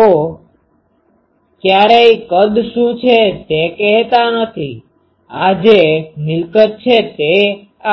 તેઓ કયારેય કદ શું છે તે કહેતા નહીં આ જે મિલકત છે તે